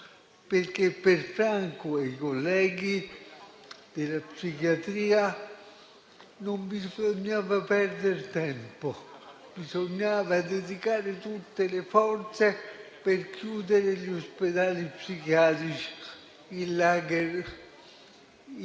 perché per Franco e i colleghi della psichiatria non bisognava perder tempo. Bisognava dedicare tutte le forze per chiudere gli ospedali psichiatrici, i *lager*